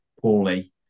poorly